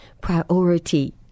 priority